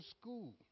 school